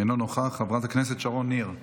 אינו נוכח, חברת הכנסת שרון ניר,